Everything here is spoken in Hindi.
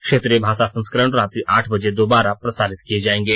क्षेत्रीय भाषा संस्करण रात्रि आठ बजे दोबारा प्रसारित किए जाएंगे